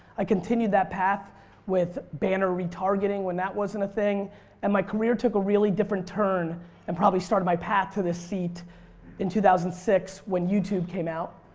i continued that path with banner retargeting when that wasn't a thing and my career took a really different turn and probably started my path to the seat in two thousand and six when youtube came out.